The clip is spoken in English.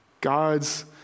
God's